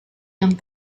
yang